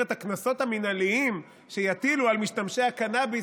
את הקנסות המינהליים שיטילו על משתמשי הקנביס,